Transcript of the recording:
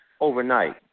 overnight